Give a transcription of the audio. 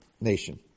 nation